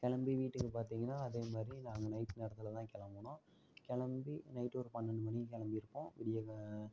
கிளம்பி வீட்டுக்கு பார்த்திங்கன்னா அதேமாதிரி நாங்கள் நைட் நேரத்தில்தான் கிளம்புனோம் கிளம்பி நைட் ஒரு பன்னெண்டு மணிக்கு கிளம்பிருப்போம் விடிய கா